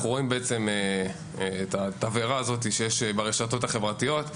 אנחנו רואים את התבערה שיש ברשתות החברתיות,